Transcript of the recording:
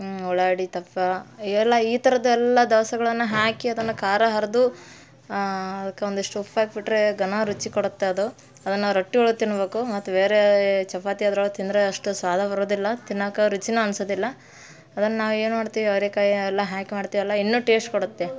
ಉಳ್ಳಾಗಡ್ಡೆ ತಪ್ಪ ಇವೆಲ್ಲ ಈ ಥರದ್ದು ಎಲ್ಲ ದವಸಗಳನ್ನು ಹಾಕಿ ಅದನ್ನು ಖಾರ ಅರ್ದು ಅದಕ್ಕೆ ಒಂದಿಷ್ಟು ಉಪ್ಪು ಹಾಕ್ಬಿಟ್ರೆ ಗನಾ ರುಚಿ ಕೊಡುತ್ತೆ ಅದು ಅದನ್ನು ರೊಟ್ಟಿಯೊಳಗೆ ತಿನ್ಬೇಕು ಮತ್ತು ಬೇರೆ ಈ ಚಪಾತಿ ಅದ್ರೊಳಗೆ ತಿಂದರೆ ಅಷ್ಟು ಸ್ವಾದ ಬರುವುದಿಲ್ಲ ತಿನ್ನಕ್ಕೆ ರುಚಿನೂ ಅನ್ಸೋದಿಲ್ಲ ಅದನ್ನು ನಾವು ಏನು ಮಾಡ್ತೀವಿ ಅವ್ರೆಕಾಯಿ ಎಲ್ಲ ಹಾಕಿ ಮಾಡ್ತೀವಲ್ವ ಇನ್ನೂ ಟೇಶ್ಟ್ ಕೊಡುತ್ತೆ